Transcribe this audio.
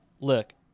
Look